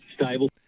Stable